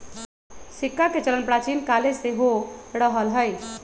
सिक्काके चलन प्राचीन काले से हो रहल हइ